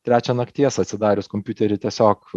trečią nakties atsidarius kompiuterį tiesiog